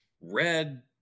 red